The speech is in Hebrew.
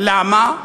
למה?